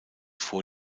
vor